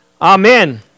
Amen